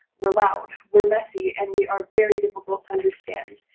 we're loud, we're messy, and we are very difficult to understand.